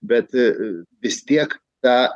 bet vis tiek tą